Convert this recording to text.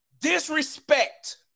disrespect